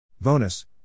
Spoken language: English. Bonus